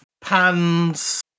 PANS